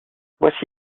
voici